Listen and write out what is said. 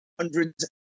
hundreds